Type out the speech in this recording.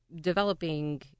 developing